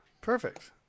Perfect